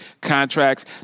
contracts